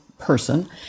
person